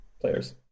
players